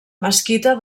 mesquita